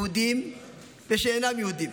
יהודים ושאינם יהודים,